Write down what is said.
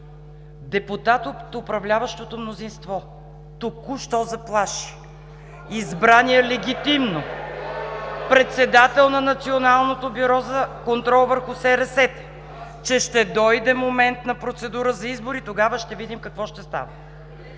Депутат от управляващото мнозинство току-що заплаши избрания легитимно председател на Националното бюро за контрол върху СРС (силен шум в ГЕРБ), че ще дойде момент на процедура за избор и тогава ще видим какво ще стане!